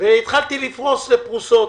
ופרסתי לפרוסות.